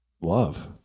Love